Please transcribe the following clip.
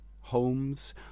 homes